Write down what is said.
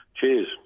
Cheers